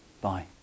Bye